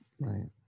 Right